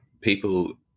people